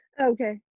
Okay